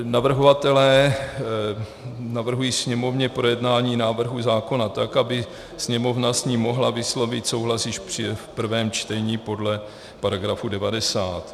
Navrhovatelé navrhují Sněmovně k projednání návrhu zákona tak, aby Sněmovna s ním mohla vyslovit souhlas již v prvém čtení podle § 90.